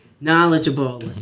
knowledgeable